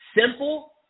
simple